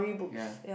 ya